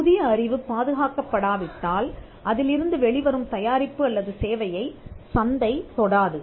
புதிய அறிவு பாதுகாக்கப்படா விட்டால் அதிலிருந்து வெளிவரும் தயாரிப்பு அல்லது சேவையை சந்தை தொடாது